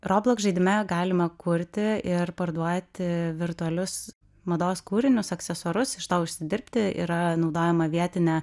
robloks kad žaidime galima kurti ir parduoti virtualius mados kūrinius aksesuarus iš to užsidirbti yra naudojama vietinė